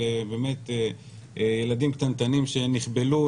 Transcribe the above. של באמת ילדים קטנטנים שנחבלו,